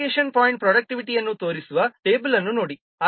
application point productivity ಅನ್ನು ತೋರಿಸುವ table ಅನ್ನು ನೋಡಿ